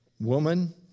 Woman